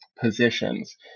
positions